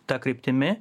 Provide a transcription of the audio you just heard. ta kryptimi